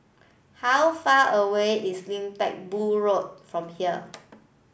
how far away is Lim Teck Boo Road from here